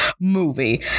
movie